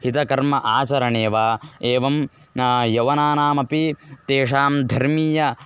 हितकर्म आचरणे वा एवं यवनानामपि तेषां धर्मीय